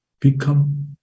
become